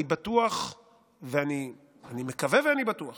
אני מקווה ואני בטוח